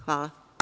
Hvala.